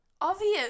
Obvious